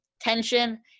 tension